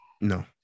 no